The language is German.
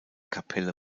kapelle